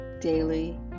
daily